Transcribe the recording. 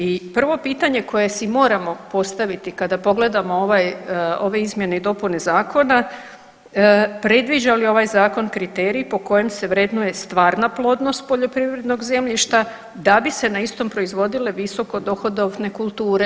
I prvo pitanje koje si moramo postaviti kada pogledamo ove izmjene i dopune zakona predviđa li ovaj zakon kriterij po kojem se vrednuje stvarna plodnost poljoprivrednog zemljišta da bi se na istom proizvodile visokodohodovne kulture?